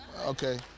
Okay